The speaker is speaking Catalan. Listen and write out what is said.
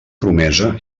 promesa